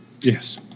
yes